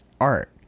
art